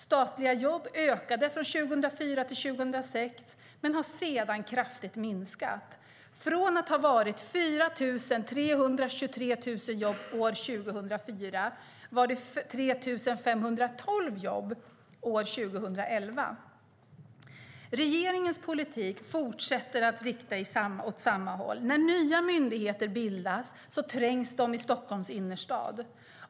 Statliga jobb ökade från 2004-2006 men har sedan kraftigt minskat. Från att ha varit 4 323 jobb år 2004 var det 3 512 jobb år 2011. Regeringens politik fortsätter att rikta åt samma håll. När nya myndigheter bildas trängs de i Stockholms innerstad.